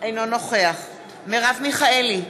אינו נוכח מרב מיכאלי,